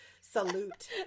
salute